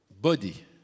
body